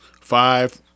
five